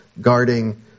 guarding